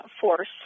force